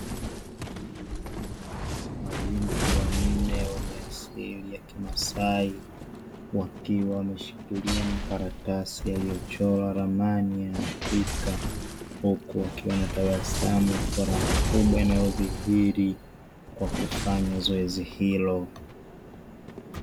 Mabinti wanne wenye asili ya kimasai, wakiwa wameshikilia makaratasi yenye michoro ya ramani ya Afrika, huku wakiwa wanatabasamu kwa furaha kubwa inayodhihiri kwa kufanya zoezi hilo.